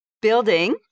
building